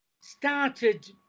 started